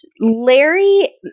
Larry